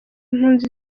mpunzi